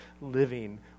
living